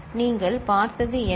எனவே நீங்கள் பார்த்தது என்ன